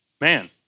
Man